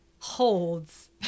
holds